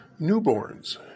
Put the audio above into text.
newborns